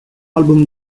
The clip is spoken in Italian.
album